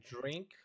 drink